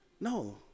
No